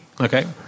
Okay